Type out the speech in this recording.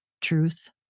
truth